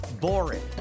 boring